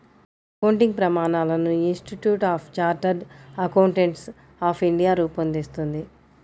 accounting ప్రమాణాలను Institute of Chartered Accountants of India రూపొందిస్తుంది